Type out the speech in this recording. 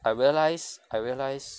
I realize I realize